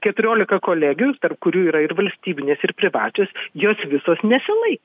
keturiolika kolegijų tarp kurių yra ir valstybinės ir privačios jos visos nesilaikė